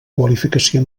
qualificació